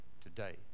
today